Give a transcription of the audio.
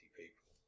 people